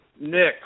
Nick